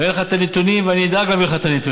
אני אראה לך את הנתונים ואני אדאג להביא לך את הנתונים,